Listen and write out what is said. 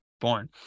born